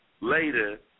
later